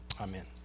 Amen